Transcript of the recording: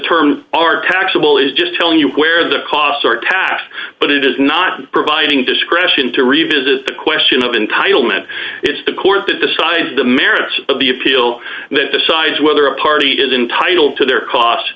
terms are taxable is just telling you where the costs are attached but it is not providing discretion to revisit the question of entitlement it's the court that decides the merits of the appeal and then decides whether a party is entitled to their cost